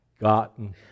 gotten